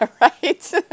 right